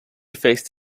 faced